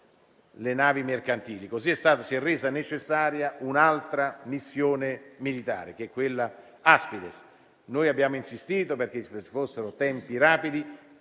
le navi mercantili. Si è pertanto resa necessaria un'altra missione militare: Aspides. Noi abbiamo insistito perché vi fossero tempi rapidi,